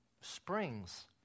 springs